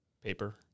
Paper